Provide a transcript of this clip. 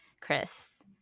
Chris